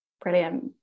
brilliant